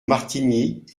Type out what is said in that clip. martigny